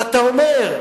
ואתה אומר: